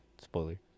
spoiler